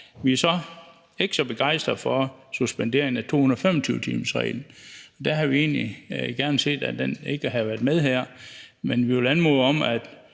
Vi er så ikke så begejstrede for suspenderingen af 225-timersreglen. Der havde vi egentlig gerne set, at den ikke havde været med her. Men vi vil anmode om, at